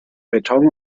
beton